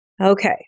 okay